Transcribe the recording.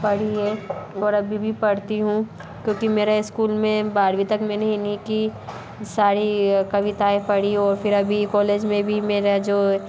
पढ़ी है और अभी भी पढ़ती हूँ क्योंकि मेरा इस्कूल में बारवीं तक मैंने इन्हीं की सारी कविताएं पढ़ी और फिर अभी कॉलेज में भी मेरा जो